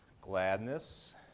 Gladness